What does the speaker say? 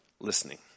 listening